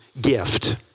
gift